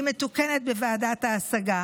היא מתוקנת בוועדת ההשגה.